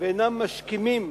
ואינם משכימים